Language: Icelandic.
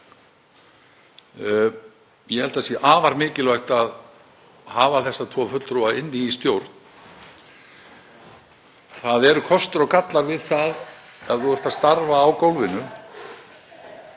Ég held að það sé afar mikilvægt að hafa þessa tvo fulltrúa í stjórn. Það eru kostir og gallar við það, ef fólk starfar á gólfinu,